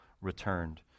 returned